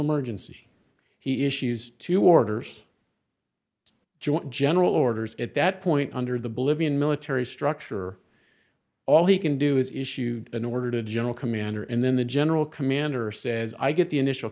emergency he issues two orders joint general orders at that point under the bolivian military structure all he can do is issue an order to general commander and then the general commander says i get the initial